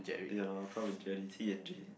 ya loh Tom and Jerry T and J